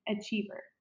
achiever